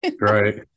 right